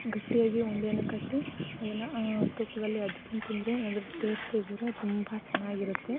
ಗಟ್ಟಿಯಾಗಿ ಉಂಡೆಯನ್ನು ಕಟ್ಟಿ ಅದನ್ನು ತುಪ್ಪದಲ್ಲಿ ಅದ್ದಿಕೊಂಡು ತಿಂದರೆ ಅದರ ಟೇಸ್ಟೆ ಬೇರೆ ತುಂಬ ಚೆನ್ನಾಗಿರತ್ತೆ